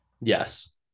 Yes